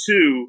Two